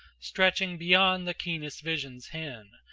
stretching beyond the keenest vision's hen,